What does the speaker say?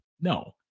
No